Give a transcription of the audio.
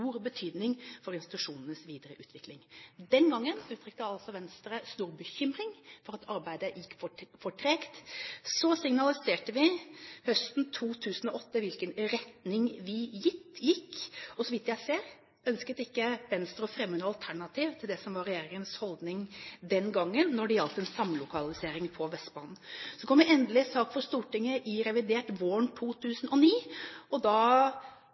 betydning for institusjonenes videre utvikling. Den gangen uttrykte altså Venstre stor bekymring for at arbeidet gikk for tregt. Så signaliserte vi høsten 2008 i hvilken retning vi gikk. Og så vidt jeg ser, ønsket ikke Venstre å fremme noe alternativ til det som var regjeringens holdning den gangen når det gjaldt en samlokalisering på Vestbanen. Så kom det endelig en sak for Stortinget i revidert våren 2009. Da